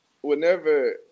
whenever